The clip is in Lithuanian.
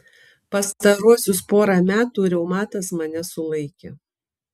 pastaruosius porą metų reumatas mane sulaikė